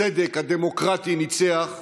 הצדק הדמוקרטי ניצח,